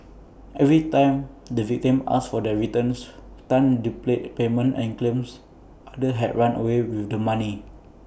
every time the victims asked for their returns Tan do play A payment and claims others had run away with the money